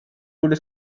borde